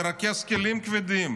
לרכז כלים כבדים,